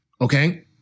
Okay